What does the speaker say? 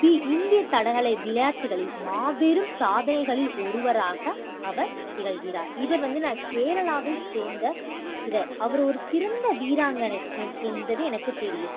B இந்திய தடகள விளையாட்டுகளில் மாபெரும் சாதனைகளில் ஒருவராக அவர் திகழ்கிறார் இவர் வந்து நான் கேரளாவைச் சேர்ந்த இவர் அவர் ஒரு சிறந்த வீராங்கனை என் என்பது எனக்கு தெரியும்